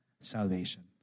salvation